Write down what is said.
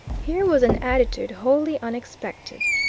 here was an attitude wholly unexpected.